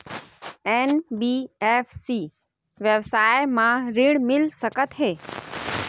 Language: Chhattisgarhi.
एन.बी.एफ.सी व्यवसाय मा ऋण मिल सकत हे